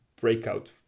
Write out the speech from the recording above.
breakout